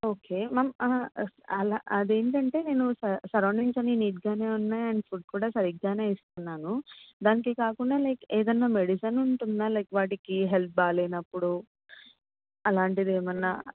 okay ma'am అలా అది ఏంటంటే నేను స సరౌండింగ్స్ అని నీట్గా ఉన్నాయి అండ్ ఫుడ్ కూడా సరిగా ఇస్తున్నాను దానికి కాకుండా లైక్ ఏదన్నా మెడిసిన్ ఉంటుందా లైక్ వాటికి హెల్త్ బాగలేనప్పుడు అలాంటిది ఏమన్నా